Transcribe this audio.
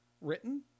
written